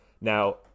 now